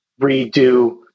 redo